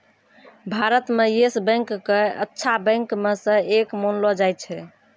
भारत म Yes Bank क अच्छा बैंक म स एक मानलो जाय छै